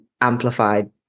amplified